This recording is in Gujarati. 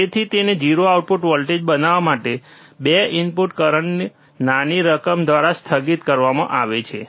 તેથી તેને 0 આઉટપુટ વોલ્ટેજ બનાવવા માટે 2 ઇનપુટ કરંટ નાની રકમ દ્વારા સ્થગિત કરવામાં આવે છે